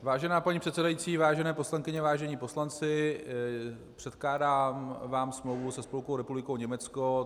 Vážená paní předsedající, vážené poslankyně, vážení poslanci, předkládám vám smlouvu se Spolkovou republikou Německo.